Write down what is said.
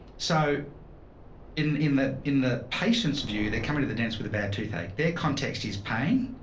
so in in the, in the patient's view, they're coming to the dentist with a bad toothache. their context is pain.